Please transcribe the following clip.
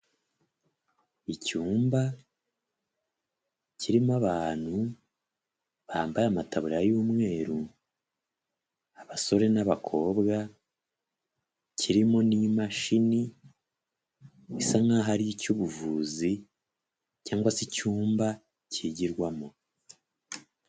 Icyumba kirimo abantu bambaye amataburiya y'umweru, abasore n'abakobwa, kirimo n'imashini bisa nkaho ari icy'ubuvuzi cyangwa se icyumba kigirwamo.